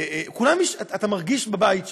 אתה מרגיש בבית שם.